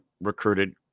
recruited